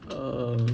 um